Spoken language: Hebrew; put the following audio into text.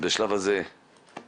בשלב זה תודה.